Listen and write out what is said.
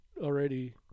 already